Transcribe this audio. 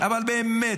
אבל באמת,